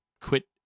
quit